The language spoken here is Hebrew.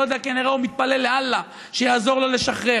לא יודע, כנראה הוא מתפלל לאללה שיעזור לו לשחרר.